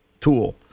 tool